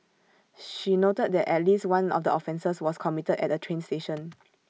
she noted that at least one of the offences was committed at A train station